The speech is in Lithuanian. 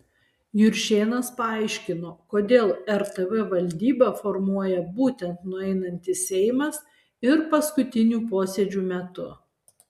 juršėnas paaiškino kodėl rtv valdybą formuoja būtent nueinantis seimas ir paskutinių posėdžių metu